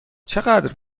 چقدر